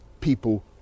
people